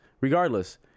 regardless